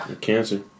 cancer